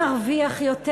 נרוויח יותר,